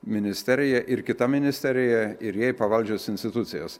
ministerija ir kita ministerija ir jai pavaldžios institucijos